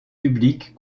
publics